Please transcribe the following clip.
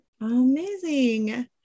Amazing